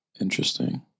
Interesting